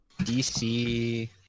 DC